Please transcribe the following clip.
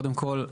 קודם כול,